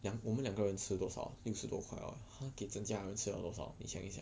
两我们两个人吃多少六十多块 hor 他整家人吃了多少你想一想